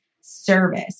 service